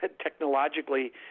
technologically